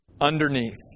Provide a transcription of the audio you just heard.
underneath